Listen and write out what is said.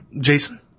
Jason